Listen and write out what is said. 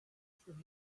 from